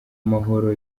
amahoro